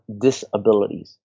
disabilities